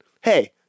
hey